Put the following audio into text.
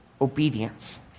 obedience